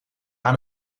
aan